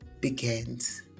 begins